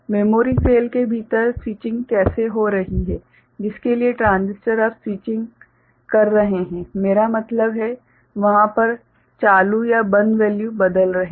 memory cell के भीतर switching कैसे हो रही है जिसके लिए ट्रांजिस्टर अब स्विचिंग कर रहे है मेरा मतलब है कि वहां पर चालू या बंद वैल्यू बदल रहे है